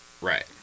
Right